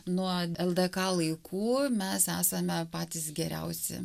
nuo ldk laikų mes esame patys geriausi